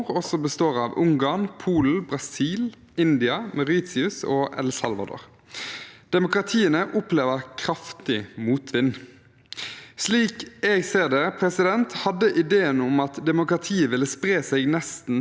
Slik jeg ser det, hadde ideen om at demokratiet ville spre seg nesten automatisk, en grunnleggende feil. Demokratiet vil ikke spre seg automatisk; det vil bare spre seg hvis vi kjemper for det.